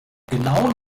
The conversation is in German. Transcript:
genauen